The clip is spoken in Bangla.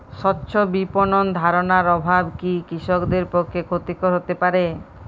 স্বচ্ছ বিপণন ধারণার অভাব কি কৃষকদের পক্ষে ক্ষতিকর হতে পারে?